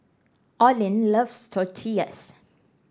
Olin loves Tortillas